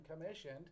commissioned